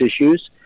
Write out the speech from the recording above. issues